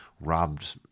robbed